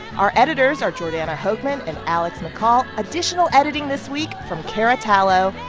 our editors are jordana hochman and alex mccall. additional editing this week from cara tallo.